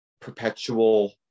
perpetual